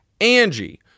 Angie